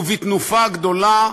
ובתנופה גדולה,